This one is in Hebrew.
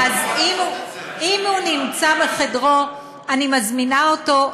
אז אם הוא נמצא בחדרו, אני מזמינה אותו.